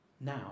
now